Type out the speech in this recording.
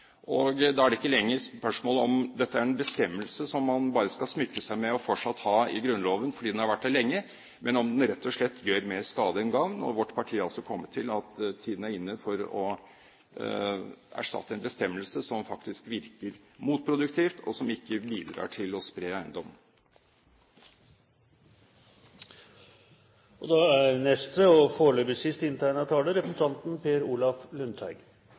Da er det ikke lenger spørsmål om hvorvidt dette er en bestemmelse som man bare skal smykke seg med og fortsatt ha i Grunnloven fordi den har vært der lenge, men om den rett og slett gjør mer skade enn gagn. Vårt parti er kommet til at tiden er inne for å erstatte en bestemmelse som faktisk virker motproduktivt, og som ikke bidrar til å spre eiendom. Jeg vil først takke saksordfører Borten Moe for en sterk og